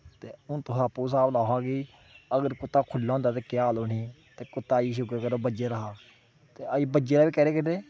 हून तुस आपूं गै स्हाब लाओ हां कि अगर कुत्ता खुल्ला होंदा ते केह् हाल होनी ही ते कुत्ता अजें शुकर करो कि बज्झे दा हा ते अजें बज्झे दा बी कैह्दे कन्नै